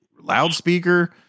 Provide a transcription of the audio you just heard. loudspeaker